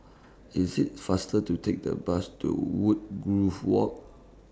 IS IT faster to Take The Bus to Woodgrove Walk